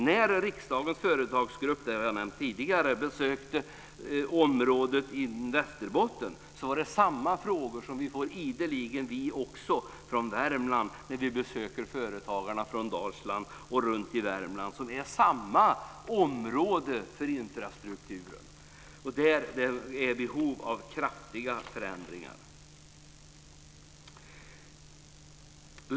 När riksdagens företagargrupp besökte området i Västerbotten fick vi samma frågor som vi får när vi besöker företagarna i Dalsland och Värmland. Det är samma område för infrastrukturen. Det är i behov av kraftiga förändringar.